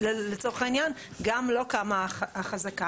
לצורך העניין, גם לו קמה החזקה.